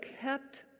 kept